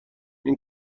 این